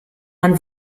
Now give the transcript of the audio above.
man